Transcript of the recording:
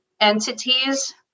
entities